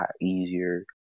easier